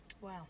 wow